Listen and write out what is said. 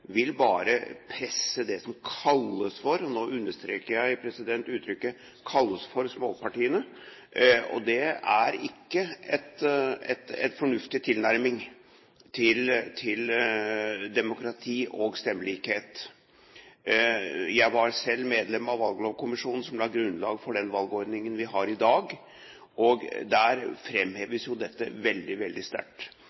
nå understreker jeg uttrykket «kalles for» – småpartiene, og det er ikke en fornuftig tilnærming til demokrati og stemmelikhet. Jeg var selv medlem av valglovkommisjonen, som la grunnlag for den valgordningen vi har i dag, og der